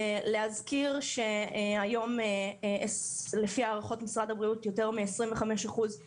להזכיר שהיום לפי הערכות משרד הבריאות יותר מ-25 אחוזים